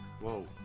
Whoa